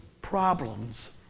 problems